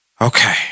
Okay